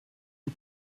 and